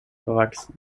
verwachsen